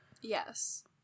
Yes